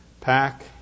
pack